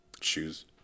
shoes